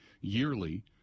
yearly